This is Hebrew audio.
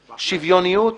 שוויוניות.